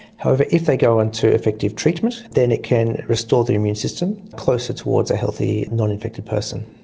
however, if they go on to effective treatment then it can restore the immune system closer towards a healthy, non-infected person.